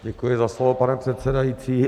Děkuji za slovo, pane předsedající.